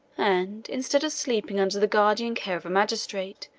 and, instead of sleeping under the guardian care of a magistrate,